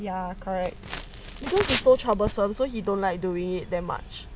ya correct so troublesome so he don't like doing it that much